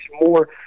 more